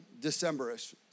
December-ish